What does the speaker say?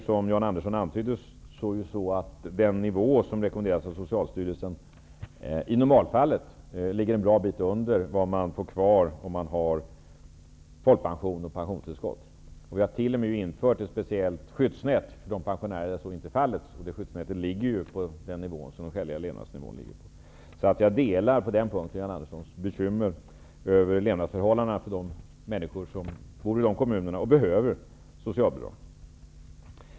Som Jan Andersson antydde ligger socialstyrelsens rekommenderade nivå i normalfallet en bra bit under det som man får kvar, om man har folkpension och pensionstillskott. Vi har t.o.m. för de pensionärer där så inte är fallet, infört ett speciellt skyddsnät, som ligger på samma nivå som den skäliga levnadsnivån. På den punkten delar jag Jan Anderssons bekymmer över levnadsförhållandena för de människor som behöver socialbidrag.